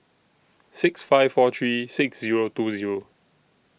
six five four three six Zero two Zero